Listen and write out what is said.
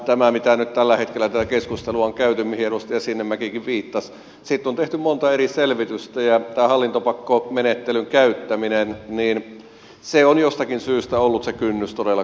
siitä mitä nyt tällä hetkellä tätä keskustelua on käyty mihin edustaja sinnemäkikin viittasi on tehty monta eri selvitystä ja hallintopakkomenettelyn käyttämisen kynnys on jostakin syystä ollut todella korkealla